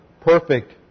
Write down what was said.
perfect